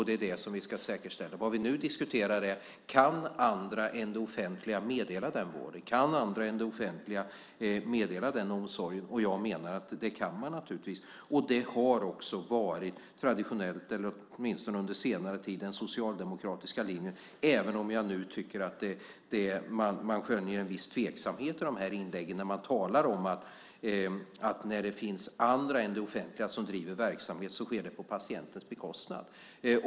Det är detta vi ska säkerställa. Vad vi nu diskuterar är om andra än det offentliga kan meddela den vården och den omsorgen. Jag menar att de naturligtvis kan det. Det har också varit den socialdemokratiska linjen, åtminstone under senare tid, även om man nu kan skönja en viss tveksamhet i inläggen. Man hävdar att när andra än det offentliga driver verksamhet sker det på patientens bekostnad.